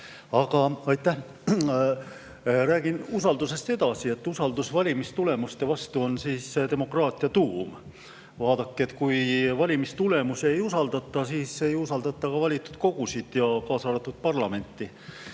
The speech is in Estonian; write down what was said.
Aga aitäh! Ma räägin usaldusest edasi. Usaldus valimistulemuste vastu on demokraatia tuum. Vaadake, kui valimistulemusi ei usaldata, siis ei usaldata ka valitud kogusid, kaasa arvatud parlamenti.